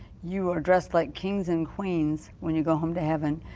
you are dressed like kings and queens when you go home to heaven.